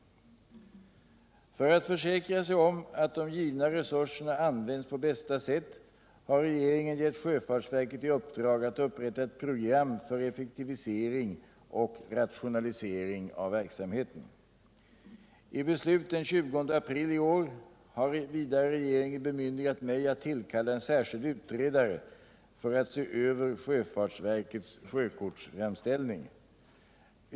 För att försäkra sig om att de givna resurserna används på bästa sätt har regeringen gett sjöfartsverket i uppdrag att upprätta ett program för effektivisering och rationalisering av verksamheten. I beslut den 20 april i år har vidare regeringen bemyndigat mig att tillkalla en särskild utredare för att se över sjöfartsverkets sjökortsframställning.